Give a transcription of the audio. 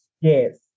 Yes